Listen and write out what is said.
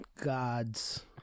God's